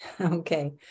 okay